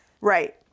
Right